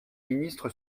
ministre